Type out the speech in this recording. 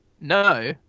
No